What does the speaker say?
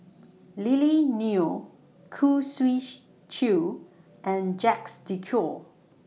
Lily Neo Khoo Swee Chiow and Jacques De Coutre